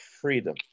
freedom